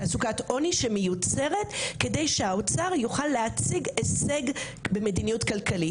תעסוקת עוני שמיוצרת על מנת שהאוצר יוכל להציג הישג במדיניות כלכלית.